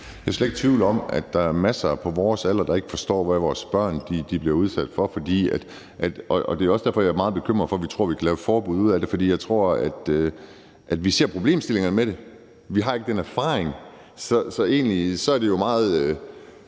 Jeg er slet ikke tvivl om, at der er masser på vores alder, der ikke forstår, hvad vores børn bliver udsat for. Det er jo også derfor, jeg er meget bekymret for, at vi tror, at vi kan lave et forbud ud af det. For jeg tror, at vi ser problemstillingerne med det, men at vi ikke har den erfaring, så det er jo egentlig